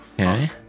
Okay